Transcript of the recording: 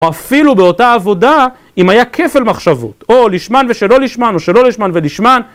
או אפילו באותה עבודה אם היה כפל על מחשבות, או לשמן ושלא לשמן, או שלא לשמן ולשמן.